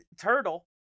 Turtle